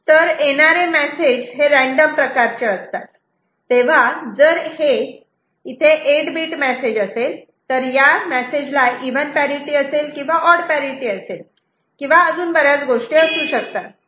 पण येणारे मेसेज हे रेडम प्रकारचे असतात तेव्हा जर इथे हे 8 बीट मेसेज असेल तर या मेसेजला इव्हन पॅरिटि असेल ऑड पॅरिटि असेल किंवा अजून बऱ्याच गोष्टी असू शकतात